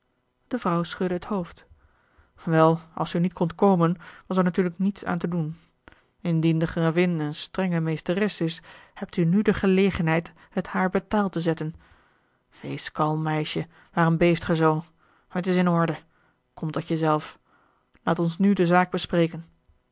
de vrouw schudde het hoofd illustratie kon u niet op een ander uur komen wel als u niet kondt komen was er natuurlijk niets aan te doen indien de gravin een strenge meesteres is hebt u nu de gelegenheid het haar betaald te zetten wees kalm meisje waarom beeft ge zoo het is in orde kom tot je zelf laat ons nu de zaak bespreken